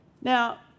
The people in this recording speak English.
Now